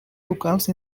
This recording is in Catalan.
locals